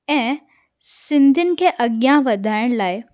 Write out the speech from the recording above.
ऐं सिंधियुनि खे अॻियां वधाइण लाइ